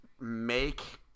Make